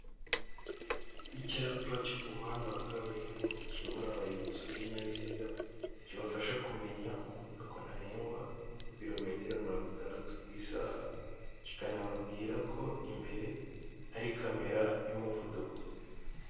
Icyapa cyo ku muhanda wa kaburimbo kiyobora abayobozi b'ibinyabiziga kibafasha kumenya umuvuduko ntarengwa ku birometero mirongo itandatu ku isaha, kikanababwira ko imbere hari kamera y'umuvuduko.